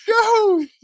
go